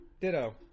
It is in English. Ditto